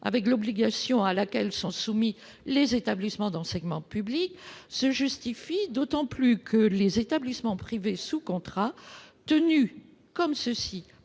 avec l'obligation à laquelle sont soumis les établissements d'enseignement publics se justifie d'autant plus que les établissements privés sous contrat recevront de